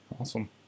Awesome